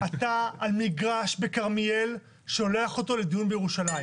אתה על מגרש בכרמיאל שולח אותו לדיון בירושלים.